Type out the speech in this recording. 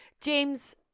james